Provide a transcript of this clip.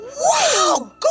Wow